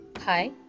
Hi